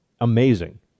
amazing